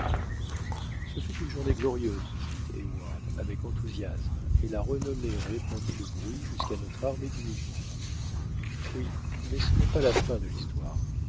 ce fut une journée glorieuse dit heyward avec enthousiasme et la renommée en répandit le bruit jusqu'à notre armée du midi oui mais ce n'est pas la fin de l'histoire